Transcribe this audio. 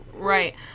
right